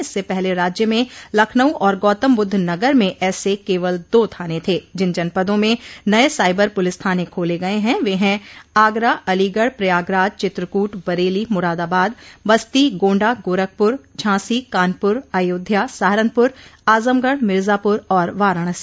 इससे पहले राज्य में लखनऊ और गौतमबुद्धनगर में ऐसे केवल दो थाने थे जिन जनपदों में नए साइबर पुलिस थाने खोले गये हैं वे हैं आगरा अलीगढ़ प्रयागराज चित्रकूट बरली मुरादाबाद बस्ती गोंडा गोरखपुर झाँसी कानपुर अयोध्या सहारनपुर आजमगढ़ मिर्जापूर और वाराणसी